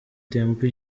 temple